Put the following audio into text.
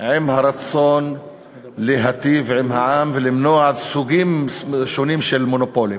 ברצון להטיב עם העם ולמנוע סוגים שונים של מונופולים.